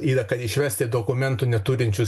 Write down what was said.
yra kad išvesti dokumentų neturinčius